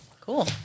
Cool